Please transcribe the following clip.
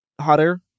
hotter